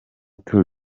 tour